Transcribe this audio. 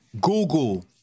Google